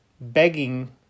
begging